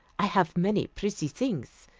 i haf many pretty things,